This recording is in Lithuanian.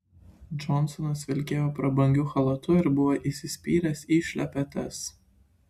džonsonas vilkėjo prabangiu chalatu ir buvo įsispyręs į šlepetes